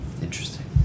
interesting